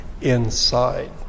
inside